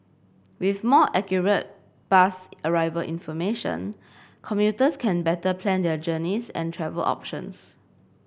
with more accurate bus arrival information commuters can better plan their journeys and travel options